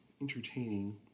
entertaining